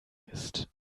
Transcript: ist